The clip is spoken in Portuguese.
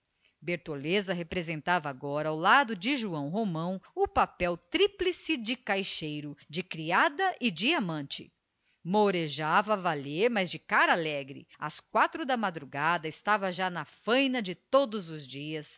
bertoleza representava agora ao lado de joão romão o papel tríplice de caixeiro de criada e de amante mourejava a valer mas de cara alegre às quatro da madrugada estava já na faina de todos os dias